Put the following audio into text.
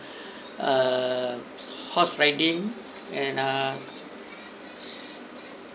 err horse riding and uh